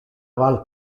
val